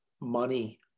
money